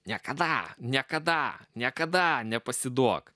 niekada niekada niekada nepasiduok